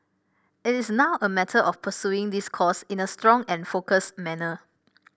it is now a matter of pursuing this course in a strong and focused manner